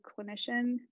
clinician